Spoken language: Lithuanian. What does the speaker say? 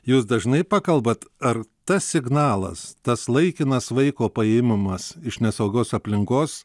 jūs dažnai pakalbat ar tas signalas tas laikinas vaiko paėmimas iš nesaugios aplinkos